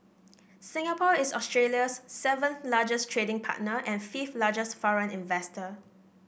Singapore is Australia's seven largest trading partner and fifth largest foreign investor